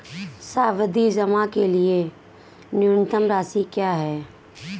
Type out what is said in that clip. सावधि जमा के लिए न्यूनतम राशि क्या है?